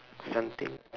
something